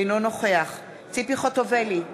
אינו נוכח ציפי חוטובלי,